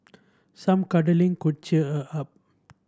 some cuddling could cheer her up